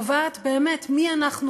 קובעת מי אנחנו,